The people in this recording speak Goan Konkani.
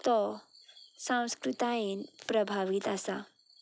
तो सांस्कृतायेन प्रभावीत आसा